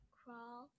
crawl